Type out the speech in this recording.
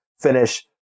finish